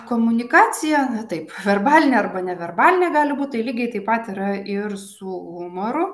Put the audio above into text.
komunikacija taip verbalinė arba neverbalinė gali būti lygiai taip pat yra ir su humoru